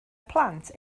plant